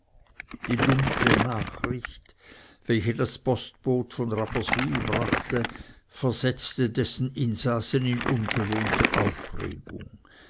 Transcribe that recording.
die dunkle nachricht welche das postboot von rapperswyl brachte versetzte dessen insassen in ungewohnte aufregung